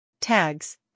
Tags